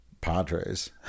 Padres